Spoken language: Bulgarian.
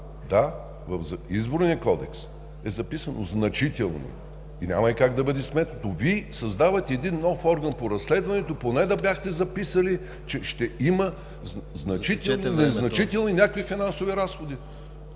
Да, в Изборния кодекс е записано „значителни“ и няма как да бъде сметнато. Вие създавате един нов орган по разследването, поне да бяхте записали, че ще има значителни, незначителни, някакви финансови разходи.